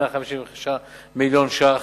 155 מיליון שקל.